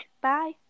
bye